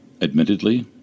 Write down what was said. Admittedly